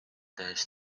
tehes